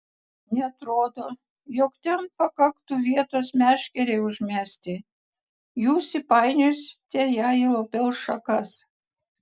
neatrodo jog ten pakaktų vietos meškerei užmesti jūs įpainiosite ją į obels šakas